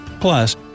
Plus